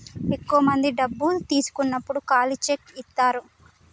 ఎక్కువ మంది డబ్బు తీసుకున్నప్పుడు ఖాళీ చెక్ ఇత్తారు